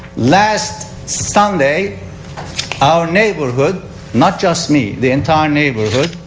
last sunday our neighborhood not just me. the entire neighborhood.